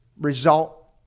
result